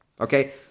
Okay